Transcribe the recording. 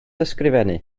ysgrifennu